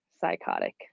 Psychotic